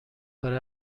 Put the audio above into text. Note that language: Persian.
برای